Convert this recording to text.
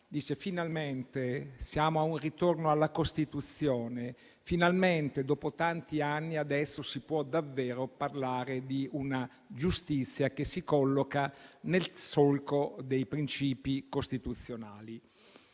finalmente eravamo a un ritorno alla Costituzione; finalmente dopo tanti anni, si poteva davvero parlare di una giustizia che si colloca nel solco dei principi costituzionali.